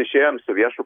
išėjom su viešu